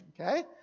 Okay